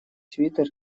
свитер